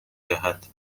دهد